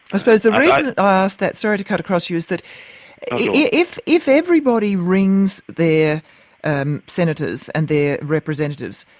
i suppose the reason i ask that sorry to cut across you is that yeah if if everybody rings their and senators and their representatives